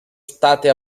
state